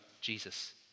Jesus